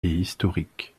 historique